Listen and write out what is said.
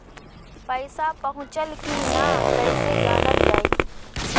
पैसा पहुचल की न कैसे जानल जाइ?